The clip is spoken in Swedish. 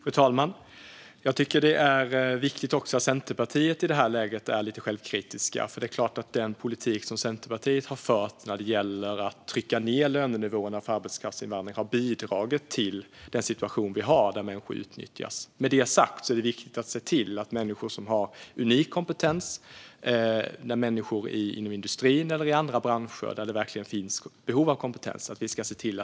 Fru talman! Jag tycker att det är viktigt att Centerpartiet i det här läget är lite självkritiskt. Den politik som Centerpartiet har fört när det gäller att trycka ned lönenivåerna för arbetskraftsinvandring har bidragit till den situation vi har, där människor utnyttjas. Med det sagt är det viktigt att vi ser till att möjligheten finns att få in människor som har unik kompetens inom industrin eller i andra branscher där det verkligen finns behov av kompetens.